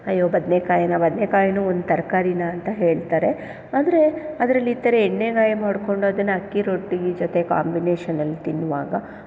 ಅಯ್ಯೋ ಬದ್ನೇಕಾಯಿನ ಬದ್ನೇಕಾಯಿನೂ ಒಂದು ತರಕಾರಿನ ಅಂತ ಹೇಳ್ತಾರೆ ಆದರೆ ಅದರಲ್ಲಿ ಈ ಥರ ಎಣ್ಣೇಗಾಯಿ ಮಾಡ್ಕೊಂಡು ಅದನ್ನು ಅಕ್ಕಿರೊಟ್ಟಿ ಜೊತೆಗೆ ಕಾಂಬಿನೇಷನಲ್ ತಿನ್ನುವಾಗ